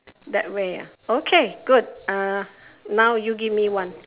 that way ah okay good uh now you give me one